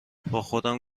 باخودم